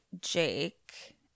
Jake